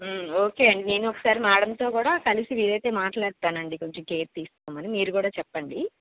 okay అండి నేను ఒకసారి మేడంతో కూడా కలిసి వీలైతే మాట్లాడతానండి కొంచెం కేర్ తీసుకోమని మీరు కూడా చెప్పండి